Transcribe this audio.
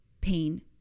pain